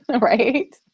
Right